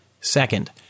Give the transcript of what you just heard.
Second